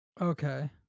Okay